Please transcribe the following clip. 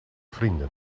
vrienden